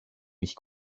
mich